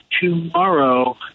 tomorrow